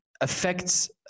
affects